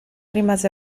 rimase